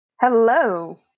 Hello